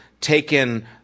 taken